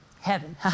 heaven